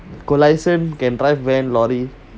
got license can drive van lorry